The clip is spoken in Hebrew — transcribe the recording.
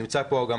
נמצא כאן גם